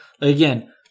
again